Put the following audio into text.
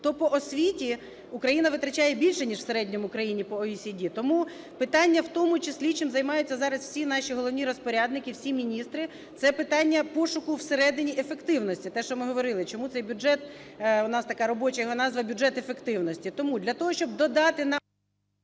то по освіті Україна витрачає більше ніж в середньому країни по OECD. Тому питання в тому числі чим займаються зараз всі наші головні розпорядники, всі міністри – це питання пошуку всередині ефективності. Те, що ми говорили, чому цей бюджет, у нас така робоча його назва "Бюджет ефективності". Тому для того, щоб додати нам…